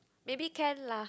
maybe can lah